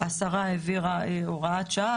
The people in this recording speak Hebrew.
השרה העבירה הוראת שעה,